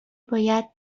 باید